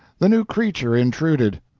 the new creature intruded.